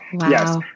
Yes